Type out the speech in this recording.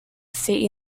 state